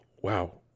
wow